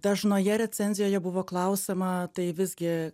dažnoje recenzijoje buvo klausiama tai visgi